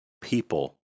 people